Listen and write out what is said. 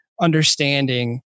understanding